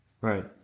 Right